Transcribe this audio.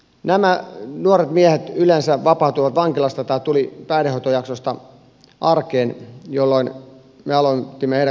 nämä nuoret miehet vapautuivat vankilasta tai tulivat päihdehoitojaksosta arkeen jolloin me aloitimme heidän kanssaan työskentelyn